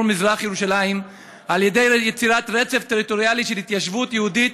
מזרח-ירושלים על-ידי יצירת רצף טריטוריאלי של התיישבות יהודית